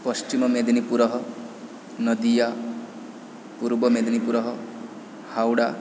पश्चिममेदिनीपुरः नदिया पूर्वमेदिनीपुरः हौडा